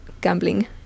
gambling